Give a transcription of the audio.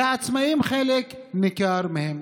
וחלק ניכר מהם עצמאים.